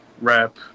rap